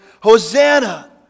Hosanna